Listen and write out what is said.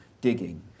digging